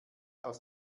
aus